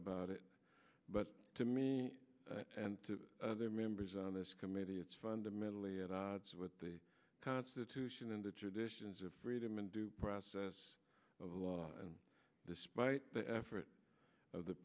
about it but to me and to other members on this committee it's fundamentally at odds with the constitution and the traditions of freedom and due process of law and despite the efforts of the